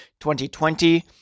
2020